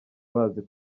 bazi